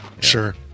sure